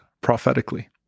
prophetically